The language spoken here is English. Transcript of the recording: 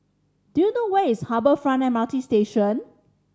do you know where is Harbour Front M R T Station